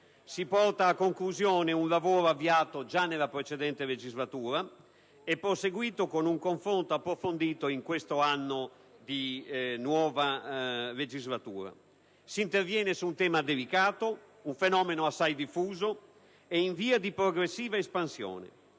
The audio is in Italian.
si porta a conclusione un lavoro avviato già nella precedente legislatura e proseguito con un confronto approfondito in questo anno di nuova legislatura; si interviene su un tema delicato, un fenomeno assai diffuso e in via di progressiva espansione.